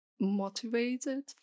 motivated